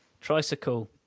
Tricycle